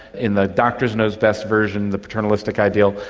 in the doctor knows best version, the paternalistic ideal,